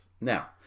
Now